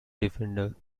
defender